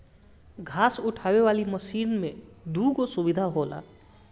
घास उठावे वाली मशीन में दूगो सुविधा होला